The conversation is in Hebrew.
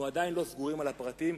אנחנו עדיין לא סגורים על הפרטים.